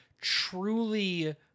truly